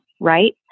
right